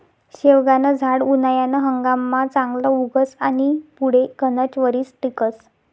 शेवगानं झाड उनायाना हंगाममा चांगलं उगस आनी पुढे गनच वरीस टिकस